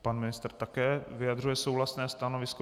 Pan ministr také vyjadřuje souhlasné stanovisko.